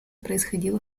происходило